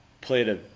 played